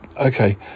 Okay